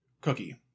cookie